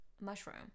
Mushroom